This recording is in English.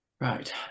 Right